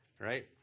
Right